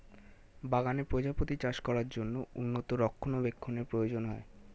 বাগানে প্রজাপতি চাষ করার জন্য উন্নত রক্ষণাবেক্ষণের প্রয়োজন হয়